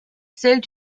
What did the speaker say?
celle